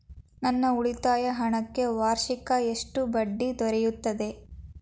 ನನ್ನ ಉಳಿತಾಯ ಹಣಕ್ಕೆ ವಾರ್ಷಿಕ ಎಷ್ಟು ಬಡ್ಡಿ ದೊರೆಯುತ್ತದೆ?